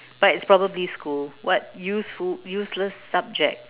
but it's probably school what useful useless subject